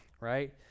right